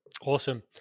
Awesome